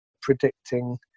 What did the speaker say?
predicting